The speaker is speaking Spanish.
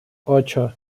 ocho